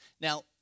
Now